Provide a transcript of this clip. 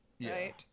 right